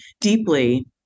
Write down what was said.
deeply